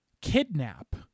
kidnap